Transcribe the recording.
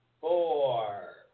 four